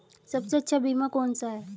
सबसे अच्छा बीमा कौन सा है?